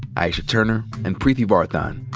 aisha turner, and preeti varathan.